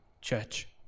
church